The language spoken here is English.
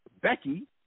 Becky